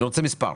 אני רוצה מספר.